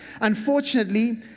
Unfortunately